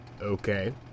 Okay